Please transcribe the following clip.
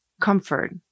comfort